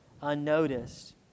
unnoticed